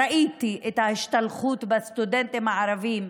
ראיתי את ההשתלחות בסטודנטים הערבים,